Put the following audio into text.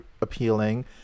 appealing